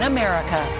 America